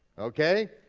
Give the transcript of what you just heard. okay?